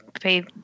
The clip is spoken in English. pay